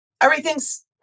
everything's